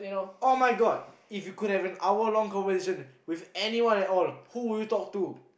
[oh]-my-god if you could have an hour long conversation with anyone at all who would you talk to